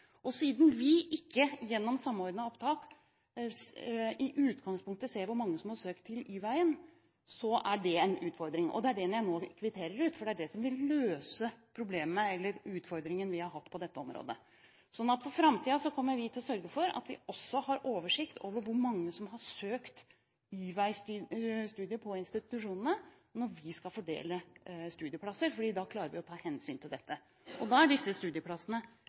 Siden vi ikke gjennom Samordna opptak i utgangspunktet ser hvor mange som har søkt via Y-veien, er det en utfordring, og det er den jeg må kvittere ut, for det er det som vil løse problemene – eller utfordringene – vi har hatt på dette området. For framtiden kommer vi til å sørge for at vi også har oversikt over hvor mange som har søkt Y-vei-studiet på institusjonene når vi skal fordele studieplasser, for da klarer vi å ta hensyn til dette. Da er disse studieplassene